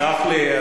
תסלח לי,